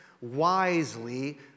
wisely